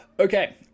Okay